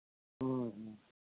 ᱦᱮᱸ ᱦᱮᱸ